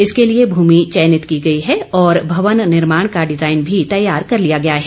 इसके लिए भूमि चयनित की गई है और भवन निर्माण का डिजाईन भी तैयार कर लिया गया है